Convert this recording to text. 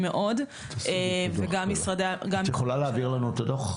מאוד וגם משרדי --- את יכולה להעביר לנו את הדוח,